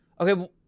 okay